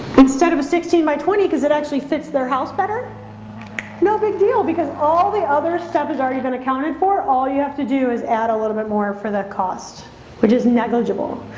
instead of a sixteen by twenty because it actually fits their house better no big deal because all the other stuff is already been accounted for all you have to do is add a little bit more for that cost which is negligible.